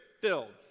filled